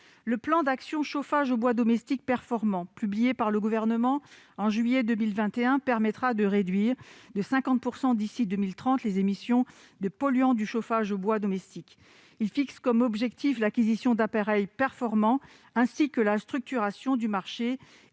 Le plan d'action pour un chauffage au bois domestique performant, publié par le Gouvernement en juillet 2021, permettra, d'ici à 2030, de réduire de 50 % les émissions de polluants du chauffage au bois domestique. Il fixe comme objectifs l'acquisition d'appareils performants, la structuration du marché